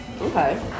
Okay